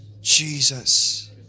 Jesus